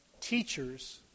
teachers